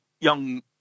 young